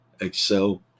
Excel